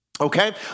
Okay